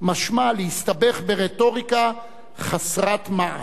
משמע להסתבך ברטוריקה חסרת מעש.